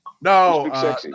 No